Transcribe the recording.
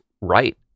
right